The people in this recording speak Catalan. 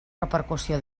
repercussió